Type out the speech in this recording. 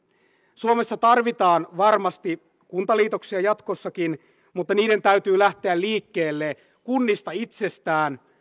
suomessa tarvitaan varmasti kuntaliitoksia jatkossakin mutta niiden täytyy lähteä liikkeelle kunnista itsestään